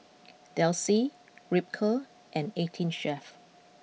Delsey Ripcurl and Eighteen Chef